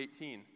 18